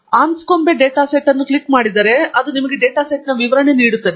ನೀವು Anscombe data set ಅನ್ನು click ಮಾಡಿದರೆ ಅದು ನಿಮಗೆ ಡೇಟಾ ಸೆಟ್ನ ವಿವರಣೆ ನೀಡುತ್ತದೆ